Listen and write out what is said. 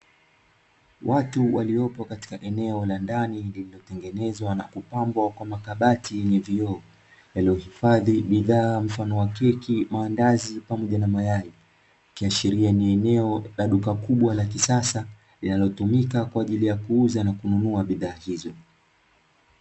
Watu waliopo eneo la ndani lililotengenezwa na kupambwa kwa makabati yenye vioo, yaliyohifadhi bidhaa mfano wa keki, maandazi pamoja na mayai, ikiashiria ni eneo la duka kubwa la kisasa linalotumika kwa ajili ya kuuza na kununua bidhaa hizo.